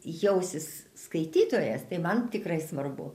jausis skaitytojas tai man tikrai svarbu